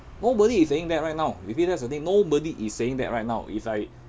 nobody is saying that right now you see that's the thing nobody is saying that right now it's like